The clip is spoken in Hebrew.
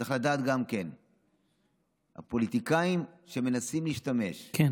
צריך לדעת גם: הפוליטיקאים שמנסים להשתמש גם